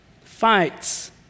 fights